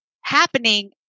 happening